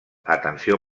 atenció